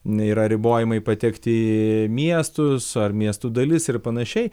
yra ribojimai patekti į miestus ar miestų dalis ir panašiai